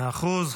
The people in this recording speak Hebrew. מאה אחוז.